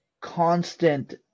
constant